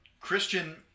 Christian